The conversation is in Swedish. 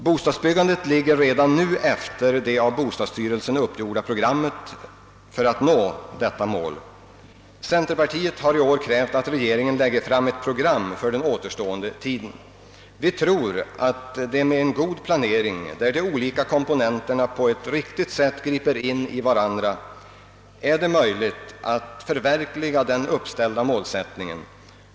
Bostadsbyggandet ligger redan nu efter det av bostadsstyrelsen uppgjorda programmet för att nå detta mål. Centerpartiet har i år krävt att regeringen lägger fram ett program för den återstående tiden. Vi tror att det med en god planering, vars olika komponenter på ett riktigt sätt griper in i varandra, är möjligt att förverkliga den uppställda målsättningen.